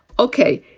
ok,